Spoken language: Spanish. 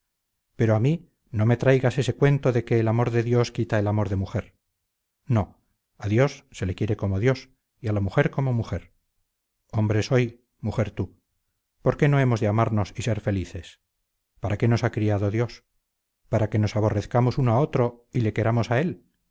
pero a mí no me traigas ese cuento de que el amor de dios quita el amor de mujer no a dios se le quiere como dios y a la mujer como mujer hombre soy mujer tú por qué no hemos de amarnos y ser felices para qué nos ha criado dios para que nos aborrezcamos uno a otro y le queramos a él